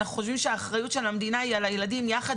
אנחנו חושבים שהאחריות של המדינה היא על הילדים יחד